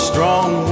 Strong